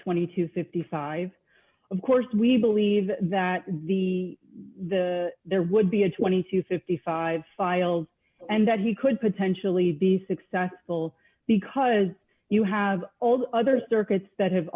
dollars to fifty five dollars of course we believe that the the there would be a twenty to fifty five files and that he could potentially be successful because you have all the other circuits that have